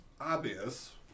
obvious